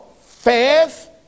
Faith